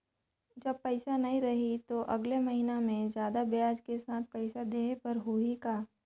जब पइसा नहीं रही तो अगले महीना मे जादा ब्याज के साथ पइसा देहे बर होहि का?